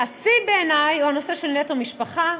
והשיא בעיני הוא הנושא של "נטו משפחה",